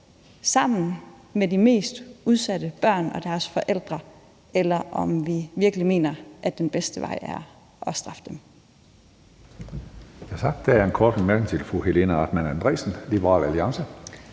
sammen med de mest udsatte børn og deres forældre, eller mener vi virkelig, at den bedste vej frem er at straffe dem?